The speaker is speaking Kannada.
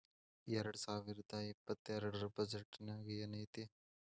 ಎರ್ಡ್ಸಾವರ್ದಾ ಇಪ್ಪತ್ತೆರ್ಡ್ ರ್ ಬಜೆಟ್ ನ್ಯಾಗ್ ಏನೈತಿ?